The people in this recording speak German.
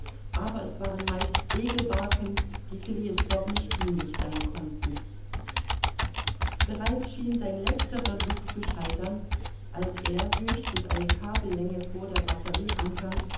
aber es waren meist segelbarken die phileas fogg nicht dienlich sein konnten bereits schien sein letzter versuch zu scheitern als er höchstens eine kabellänge vor der batterie ankernd